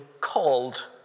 called